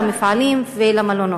למפעלים ולמלונות.